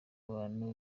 abantu